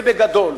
ובגדול.